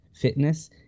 Fitness